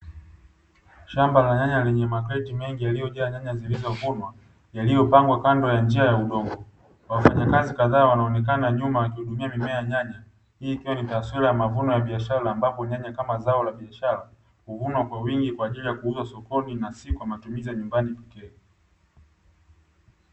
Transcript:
Shamba la nyanya lenye makreti mengi lililojaa nyanya zilizovunwa yaliyopangwa kwa njia ya udongo, wafanyakazi kadhaa wanaonekana nyuma wakihudumia mimea ya nyanya, hii ikiwa ni taswira ya mavuno ya biashara ambapo nyanya kama zao la biashara kuvunwa kwa wengi na kwa ajili ya kuuzwa sokoni na sio kwa matumizi ya nyumbani pekee.